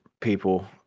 people